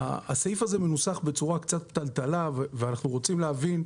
הסעיף הזה מנוסח בצורה קצת פתלתלה ואנחנו רוצים להבין,